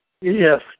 Yes